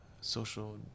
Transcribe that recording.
social